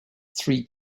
three